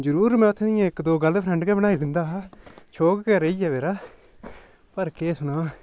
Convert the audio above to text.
जरूर में इत्थै इ'यां इक दो गर्लफ्रैंड गै बनाई दिंदा हा शौंक गै रेही गेआ मेरा पर केह् सनां